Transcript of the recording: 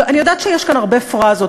אני יודעת שיש כאן הרבה פראזות,